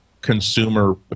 consumer